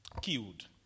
killed